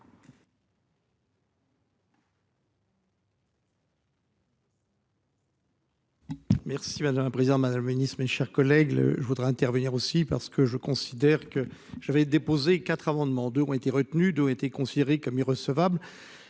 Merci madame le président, madame le Ministre, mes chers collègues, le. Je voudrais intervenir aussi parce que je considère que j'avais déposé 4 amendements de ont été retenues d'eau était considérée comme recevable.